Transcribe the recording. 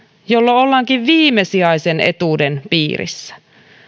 jolloin ollaankin viimesijaisen etuuden piirissä